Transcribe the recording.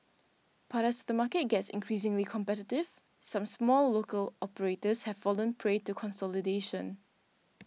but as the market gets increasingly competitive some small local operators have fallen prey to consolidation